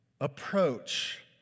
approach